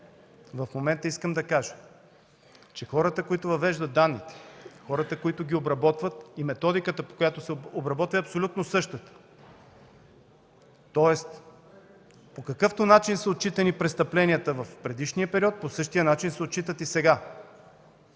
в момента искам да кажа, че хората, които въвеждат данните, хората, които ги обработват, и методиката, по която се обработват, е абсолютно същата. Тоест, по какъвто начин са отчитани престъпленията в предишния период, по същия начин се отчитат и сега.